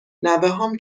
نوهام